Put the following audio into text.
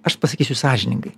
aš pasakysiu sąžiningai